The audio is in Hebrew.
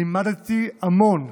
לימדת אותי המון,